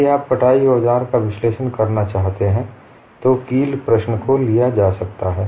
यदि आप कटाई औजार का विश्लेषण करना चाहते हैं तो कील प्रश्न को लिया जा सकता है